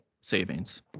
savings